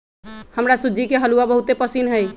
हमरा सूज्ज़ी के हलूआ बहुते पसिन्न हइ